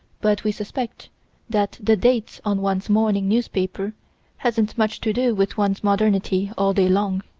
but we suspect that the date on one's morning newspaper hasn't much to do with one's modernity all day long.